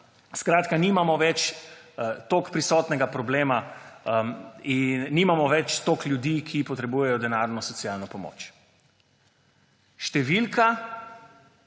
Skratka, da nimamo več toliko prisotnega problema in nimamo več toliko ljudi, ki potrebujejo denarno socialno pomoč. Številka